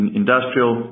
industrial